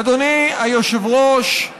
אדוני היושב-ראש,